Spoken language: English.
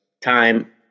time